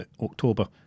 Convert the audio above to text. October